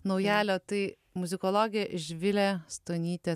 naujalio tai muzikologė živilė stonytė